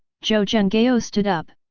zhou zhenghao stood up,